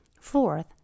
fourth